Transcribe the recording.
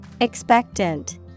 Expectant